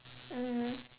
mmhmm